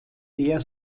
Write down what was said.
eher